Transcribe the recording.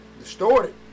Distorted